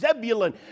Zebulun